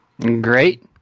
Great